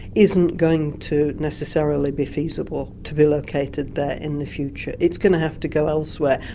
isn't going to necessarily be feasible to be located there in the future. it's going to have to go elsewhere,